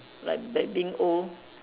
like that being old